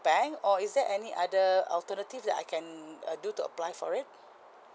bank or is there any other alternative that I can uh do to apply for it